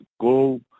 go